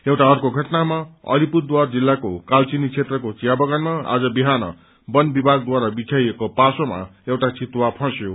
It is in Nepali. एउटा अर्को घटनामा अलिपुरद्वारा जिल्लाको कालचिनी क्षेत्रको चियाबगानमा आज बिहान बन विभागद्वारा बिछाइएको जालमा एउटा चितुवा फरँयो